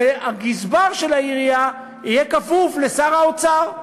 והגזבר של העירייה יהיה כפוף לשר האוצר,